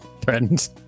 threatened